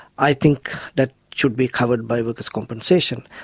i think that should be covered by workers compensation.